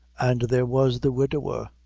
and there was the widower,